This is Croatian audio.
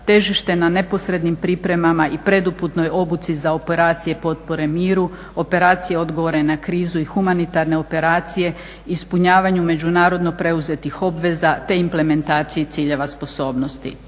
težište na neposrednim pripremama i preduputnoj obuci za operacije potpore miru, operacije odgovora na krizu i humanitarne operacije, ispunjavanju međunarodno preuzetih obaveza te implementaciji ciljeva sposobnosti,